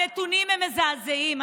הנתונים הם מזעזעים.